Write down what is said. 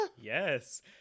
Yes